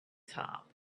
top